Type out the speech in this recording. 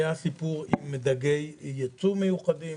היה סיפור עם דגי ייצוא מיוחדים,